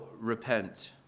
repent